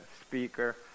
speaker